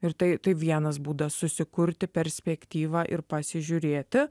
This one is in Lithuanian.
ir tai tai vienas būdas susikurti perspektyvą ir pasižiūrėti